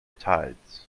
tides